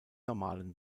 normalen